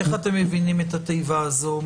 איך אתם מבינים את התיבה הזו?